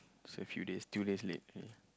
is a few days few days late yeah